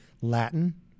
Latin